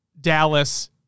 Dallas